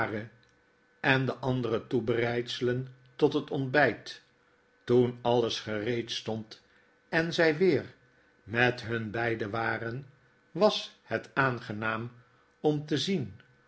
en de andere toebereidselen tot het ontbflt toen alles gereed stond en zfl weer met hun beiden waren was het aangenaam om te zien